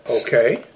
okay